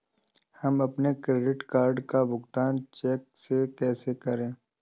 हम अपने credit card का भुगतान चेक से कैसे करें?